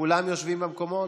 כולם יושבים במקומות?